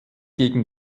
gegen